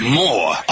more